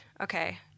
okay